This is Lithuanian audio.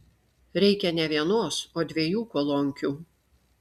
reikia ne vienos o dviejų kolonkių